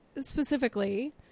specifically